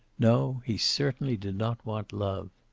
no, he certainly did not want love.